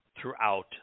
throughout